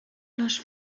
les